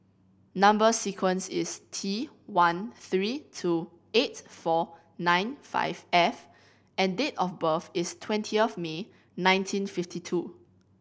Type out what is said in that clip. number sequence is T one three two eight four nine five F and date of birth is twenty of May nineteen fifty two